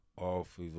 off